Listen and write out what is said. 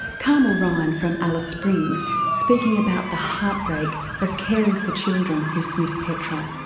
carmel ryan from alice springs speaking about the heartbreak of caring for children who sniff petrol.